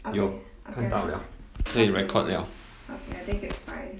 有看到 liao 可以 record liao